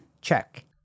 Check